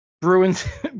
Bruins